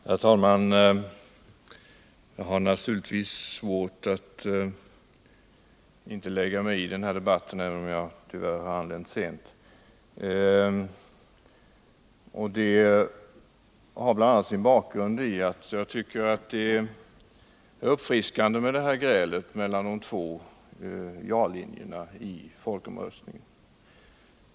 Herr talman! Jag har naturligtvis svårt att inte lägga mig i denna debatt även om jag tyvärr har anlänt sent, för det är så uppfriskande med det här grälet mellan de två ja-linjerna i folkomröstningen.